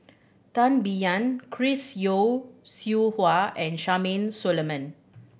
Tan Biyun Chris Yeo Siew Hua and Solomon